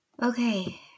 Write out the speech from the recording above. Okay